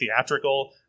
theatrical